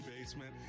Basement